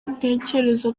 ntekereza